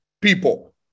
people